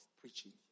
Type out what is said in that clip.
preaching